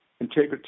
integrity